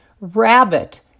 rabbit